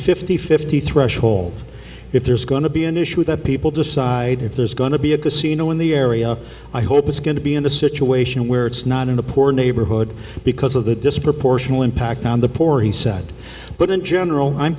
fifty fifty threshold if there's going to be an issue that people decide if there's going to be a casino in the area i hope it's going to be in a situation where it's not in a poor neighborhood because of the disproportionately impact on the poor he said but in general i'm